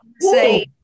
Say